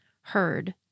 heard